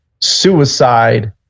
suicide